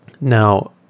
Now